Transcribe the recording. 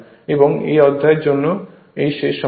এবং এই অধ্যায়ের জন্য এই শেষ সমস্যা